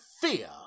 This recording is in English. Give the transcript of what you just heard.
fear